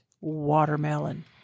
watermelon